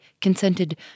consented